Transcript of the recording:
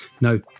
no